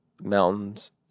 mountains